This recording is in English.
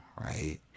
Right